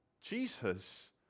Jesus